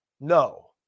No